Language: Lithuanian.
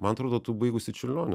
man atrodo tu baigusi čiurlionio